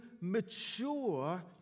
mature